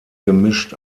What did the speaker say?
gemischt